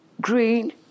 green